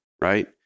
Right